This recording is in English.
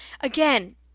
again